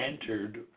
entered